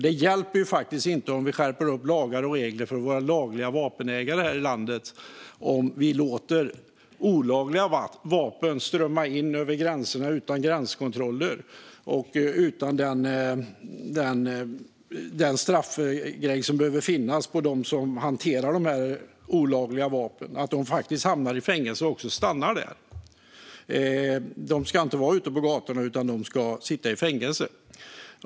Det hjälper inte om vi skärper lagar och regler för våra lagliga vapenägare här i landet om vi låter olagliga vapen strömma in över gränserna utan gränskontroller och utan de straff som behöver finnas för dem som hanterar de olagliga vapnen, det vill säga att de hamnar i fängelse och också stannar där. De ska inte vara ute på gatorna, utan de ska sitta i fängelse.